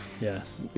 Yes